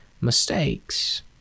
mistakes